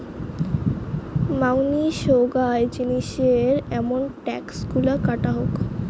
মাঙনি সোগায় জিনিসের আমন ট্যাক্স গুলা কাটা হউ